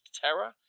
Terror